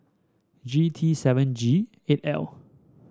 three T seven G eight L